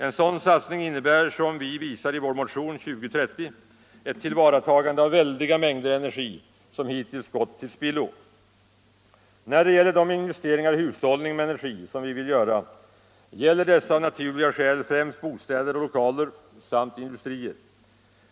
En sådan satsning innebär, som vi visar i vår motion 2030, ett tillvaratagande av väldiga mängder energi som hittills gått till spillo. De investeringar i hushållning med energi som vi vill göra gäller av naturliga skäl främst bostäder och lokaler samt industrier.